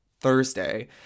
Thursday